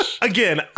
again